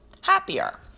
happier